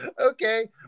Okay